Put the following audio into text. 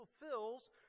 fulfills